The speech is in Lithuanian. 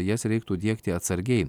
jas reiktų diegti atsargiai